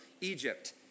Egypt